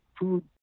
food